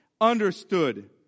understood